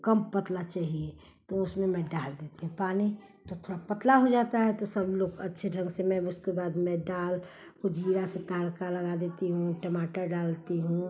कम पतली चाहिए तो उसमें मैं डाल देती हूँ पानी तो थोड़ी पतली हो जाती है तो सब लोग अच्छे ढंग से मैं उसके बाद मैं दाल को जीरा से तड़का लगा देती हूँ टमाटर डालती हूँ